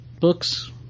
books